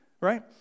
right